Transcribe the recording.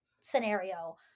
scenario